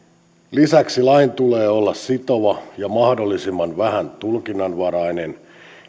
lisäksi lain tulee olla sitova ja mahdollisimman vähän tulkinnanvarainen